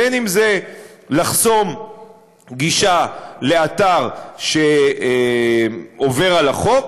בין שזה לחסום גישה לאתר שעובר על החוק